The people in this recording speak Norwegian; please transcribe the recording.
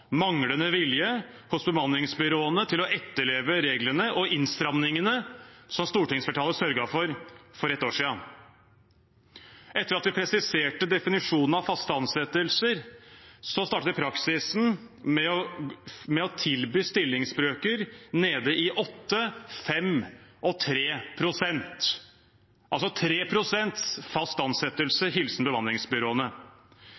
manglende vilje hos bemanningsbyråene til å etterleve reglene og innstramningene som stortingsflertallet sørget for for et år siden. Etter at vi presiserte definisjonen av faste ansettelser, startet praksisen med å tilby stillingsbrøker nede i 8, 5 og 3 pst. – altså 3 pst. fast